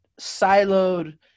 siloed